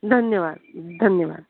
धन्यवाद धन्यवाद